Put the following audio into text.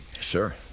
Sure